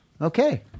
Okay